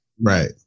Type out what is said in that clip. Right